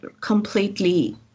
completely